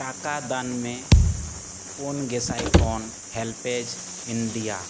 ᱴᱟᱠᱟ ᱫᱟᱱ ᱢᱮ ᱯᱩᱱ ᱜᱮᱥᱟᱭ ᱠᱷᱚᱱ ᱦᱮᱞᱯᱮᱡᱽ ᱤᱱᱰᱤᱭᱟ